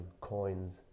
coins